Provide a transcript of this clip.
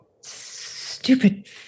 Stupid